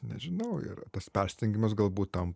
nežinau ir tas persistengimas galbūt tam